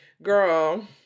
Girl